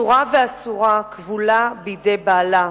אסורה ואסורה, כבולה בידי בעלה,